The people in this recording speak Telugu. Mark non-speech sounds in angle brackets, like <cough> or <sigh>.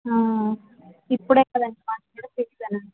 ఇప్పుడే <unintelligible> కూడా తెచ్చాను